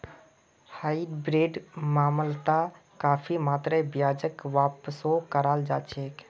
हाइब्रिडेर मामलात काफी मात्रात ब्याजक वापसो कराल जा छेक